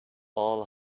all